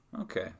Okay